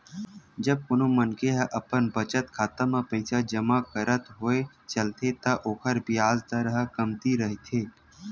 जब कोनो मनखे ह अपन बचत खाता म पइसा जमा करत होय चलथे त ओखर बियाज दर ह कमती रहिथे